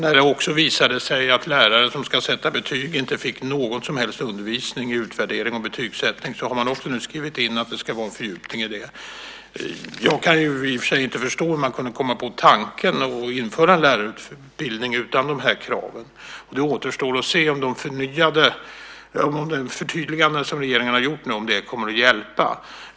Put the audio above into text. När det också visade sig att lärare som ska sätta betyg inte fick någon som helst undervisning i utvärdering och betygssättning har man nu också skrivit in att det ska vara en fördjupning i det. Jag kan i och för sig inte förstå hur man kunde komma på tanken att införa en lärarutbildning utan dessa krav. Det återstår att se om de förtydliganden som regeringen nu har gjort kommer att hjälpa.